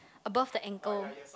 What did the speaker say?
above the anchor